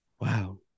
Wow